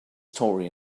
story